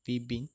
Vipin